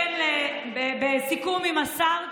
לפי סיכום עם השר,